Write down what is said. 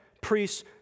priests